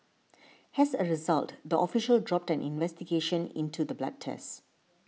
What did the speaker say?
has a result the official dropped an investigation into the blood test